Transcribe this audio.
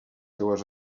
seues